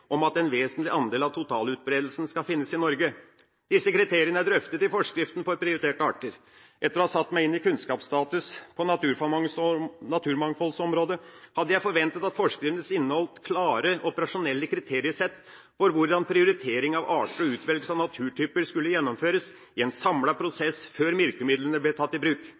om at en vesentlig andel av totalutbredelsen skal finnes i Norge. Disse kriteriene er drøftet i forskriften for prioriterte arter. Etter å ha satt meg inn i kunnskapsstatus på naturmangfoldområdet, hadde jeg forventet at forskriftene inneholdt klare, operasjonelle kriteriesett for hvordan prioritering av arter og utvelgelse av naturtyper skulle gjennomføres i en samlet prosess før virkemidlene ble tatt i bruk.